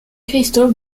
cristaux